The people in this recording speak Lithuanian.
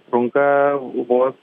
trunka vos